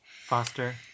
Foster